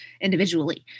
individually